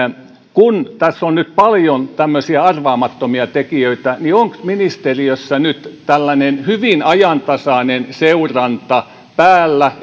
kun tässä on nyt paljon tämmöisiä arvaamattomia tekijöitä niin onko ministeriössä nyt tällainen hyvin ajantasainen seuranta päällä